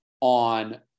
on